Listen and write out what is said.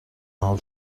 حال